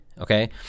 okay